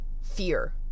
fear